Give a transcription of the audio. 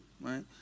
right